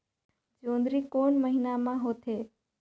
जोंदरी कोन महीना म होथे?